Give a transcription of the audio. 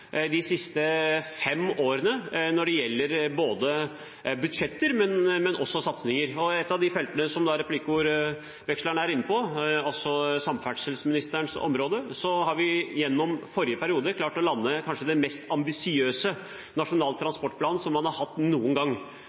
de siste fem årene når det gjelder både budsjetter og satsinger. På feltet replikkordveksleren var inne på, altså samferdselsministerens område, klarte vi gjennom forrige periode å lande den kanskje mest ambisiøse nasjonale transportplanen man har hatt noen gang.